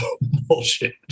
Bullshit